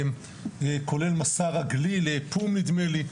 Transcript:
זה כולל מסע רגלי לפו"מ, נדמה לי.